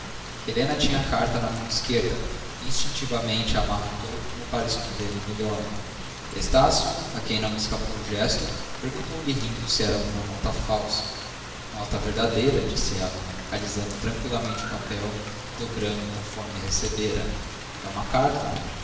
helena tinha a carta na mão esquerda instintivamente a amarrotou como para escondê la melhor estácio a quem não escapou o gesto perguntou-lhe rindo se era alguma nota falsa nota verdadeira disse ela alisando tranqüilamente o papel e dobrando o conforme recebera é uma carta